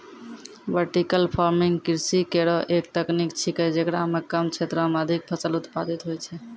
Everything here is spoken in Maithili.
वर्टिकल फार्मिंग कृषि केरो एक तकनीक छिकै, जेकरा म कम क्षेत्रो में अधिक फसल उत्पादित होय छै